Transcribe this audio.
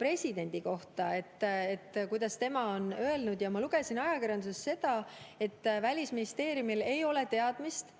presidendi kohta, et kuidas tema on öelnud. Ma lugesin ajakirjandusest seda, et Välisministeeriumil ei ole teadmist,